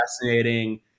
fascinating